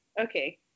Okay